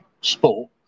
sport